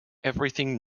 everything